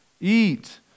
eat